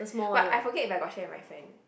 but I forget if I got share with my friend